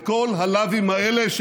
את כל הלאווים האלה,